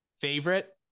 favorite